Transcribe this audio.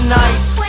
nice